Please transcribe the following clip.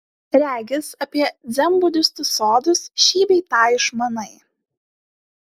regis apie dzenbudistų sodus šį bei tą išmanai